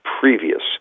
previous